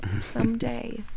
someday